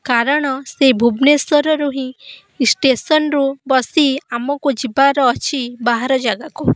କାରଣ ସେ ଭୁବନେଶ୍ୱରରୁ ହିଁ ଷ୍ଟେସନରୁ ବସି ଆମକୁ ଯିବାକୁ ଅଛି ବାହାର ଜାଗାକୁ